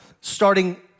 starting